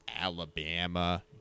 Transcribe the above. Alabama